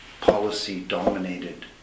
policy-dominated